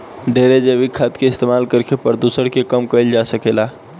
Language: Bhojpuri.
ढेरे जैविक खाद के इस्तमाल करके प्रदुषण के कम कईल जा सकेला